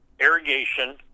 irrigation